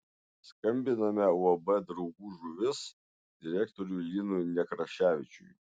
skambiname uab draugų žuvis direktoriui linui nekraševičiui